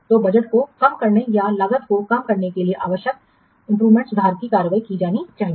तो बजट को कम करने या लागत को कम करने के लिए आवश्यक सुधारात्मक कार्रवाई की जानी चाहिए